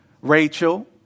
Rachel